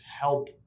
help